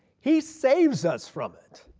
he saves us from it.